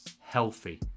healthy